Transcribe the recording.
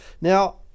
Now